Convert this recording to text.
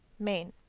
maine.